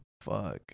Fuck